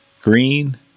green